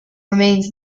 remains